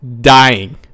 dying